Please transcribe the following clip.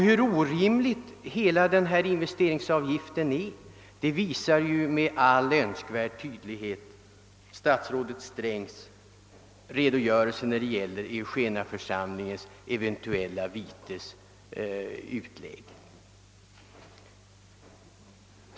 Hur orimlig denna investeringsavgift är visar med all önskvärd tydlighet statsrådet Strängs redogörelse för Eugeniaförsamlingens eventuella vitesutlägg.